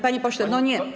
Panie pośle, no nie.